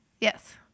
Yes